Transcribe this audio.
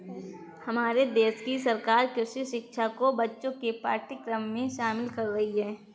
हमारे देश की सरकार कृषि शिक्षा को बच्चों के पाठ्यक्रम में शामिल कर रही है